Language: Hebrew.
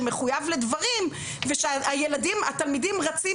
שמחויב לדברים ושהתלמידים רצים